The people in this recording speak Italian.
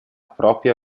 propria